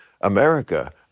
America